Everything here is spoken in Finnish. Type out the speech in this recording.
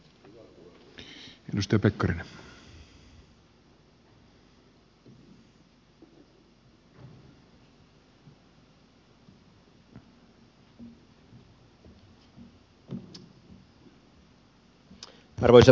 arvoisa puhemies